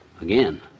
again